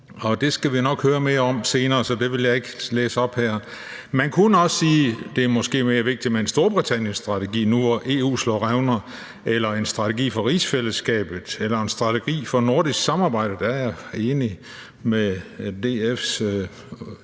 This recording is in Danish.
det skal vi nok høre mere om senere, så det vil jeg ikke læse op her. Man kunne også sige, at det måske er mere vigtigt med en Storbritannienstrategi, nu hvor EU slår revner, eller en strategi for rigsfællesskabet eller en strategi for nordisk samarbejde. Der er jeg enig med DF's